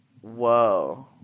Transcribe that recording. Whoa